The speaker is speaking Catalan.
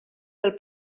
del